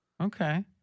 Okay